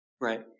Right